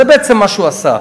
זה בעצם מה שהוא עשה,